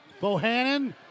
Bohannon